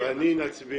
אני מביא